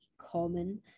common